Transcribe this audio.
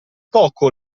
poco